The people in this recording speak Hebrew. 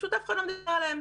שפשוט אף אחד לא מדבר עליהם.